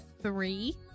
three